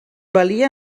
valia